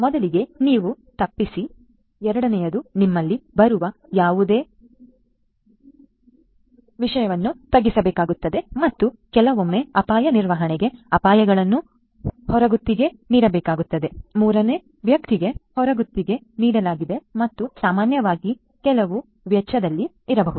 ಮೊದಲಿಗೆ ನೀವು ತಪ್ಪಿಸಿ ಎರಡನೆಯದು ನಿಮ್ಮಲ್ಲಿ ಬರುವ ಯಾವುದನ್ನಾದರೂ ತಗ್ಗಿಸಬೇಕಾಗುತ್ತದೆ ಮತ್ತು ಕೆಲವೊಮ್ಮೆ ಅಪಾಯ ನಿರ್ವಹಣೆಗೆ ಅಪಾಯಗಳನ್ನು ಹೊರಗುತ್ತಿಗೆ ನೀಡಬೇಕಾಗುತ್ತದೆ ಮೂರನೇ ವ್ಯಕ್ತಿಗೆ ಹೊರಗುತ್ತಿಗೆ ನೀಡಲಾಗಿದೆ ಮತ್ತು ಸಾಮಾನ್ಯವಾಗಿ ಕೆಲವು ವೆಚ್ಚದಲ್ಲಿ ಇರಬಹುದು